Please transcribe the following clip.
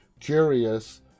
curious